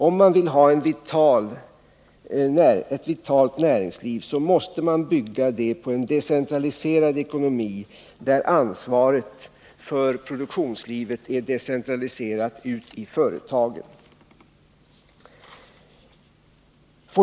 Om man vill ha ett vitalt näringsliv så måste man bygga det på en decentraliserad ekonomi, där ansvaret för produktionslivet är decentraliserat till företagen.